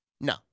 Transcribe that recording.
no